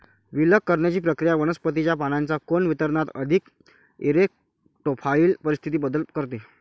विलग करण्याची प्रक्रिया वनस्पतीच्या पानांच्या कोन वितरणात अधिक इरेक्टोफाइल परिस्थितीत बदल करते